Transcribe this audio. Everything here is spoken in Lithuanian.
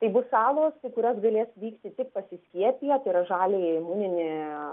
tai bus salos į kurias galės vykti tik pasiskiepiję tai yra žaliąjį imuninį